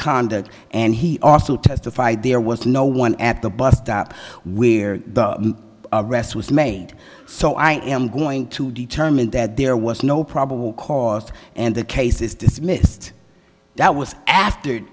conduct and he also testified there was no one at the bus stop where the arrest was made so i am going to determine that there was no probable cause and the case is dismissed that was after